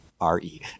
R-E